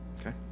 Okay